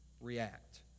react